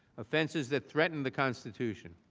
offenses that threaten the constitution.